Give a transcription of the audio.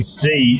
see